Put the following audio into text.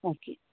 okay